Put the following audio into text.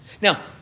Now